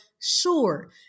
sure